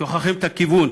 שוכחים את הכיוון,